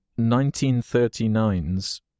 1939's